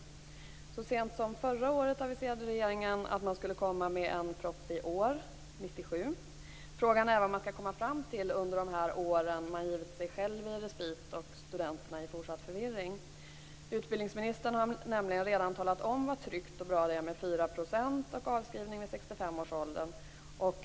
Så sent som förra året aviserade regeringen att man skulle komma med en proposition i år. Frågan är vad man skall komma fram till under de år som man givit sig själv i respit och studenterna i fortsatt förvirring. Utbildningsministern har nämligen redan talat om hur tryggt och bra det är med 4 % och avskrivning vid 65 års ålder.